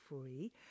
free